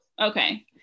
Okay